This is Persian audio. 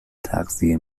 تغذیه